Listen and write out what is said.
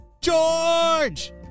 George